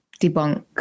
debunk